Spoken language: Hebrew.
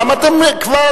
למה אתם כבר,